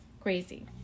crazy